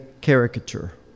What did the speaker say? caricature